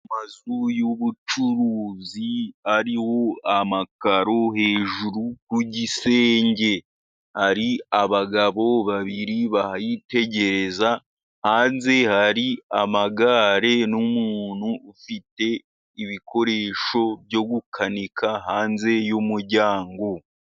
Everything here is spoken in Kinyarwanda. Amazu y'ubucuruzi ariho amakaro hejuru ku gisenge. Hari abagabo babiri bayitegereza, hanze hari amagare n'umuntu ufite ibikoresho byo gukanika hanze y'umuryango.